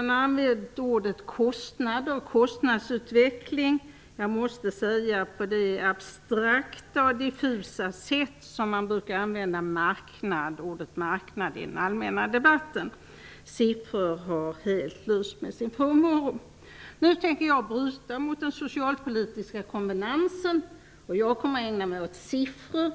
i den använt orden "kostnad" och "kostnadsutveckling" på samma abstrakta och diffusa sätt som man i den allmänna debatten brukar använda ordet marknad. Siffror har helt lyst med sin frånvaro. Jag tänker nu bryta mot den socialpolitiska konvenansen och ägna mig åt siffror.